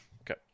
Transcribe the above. Okay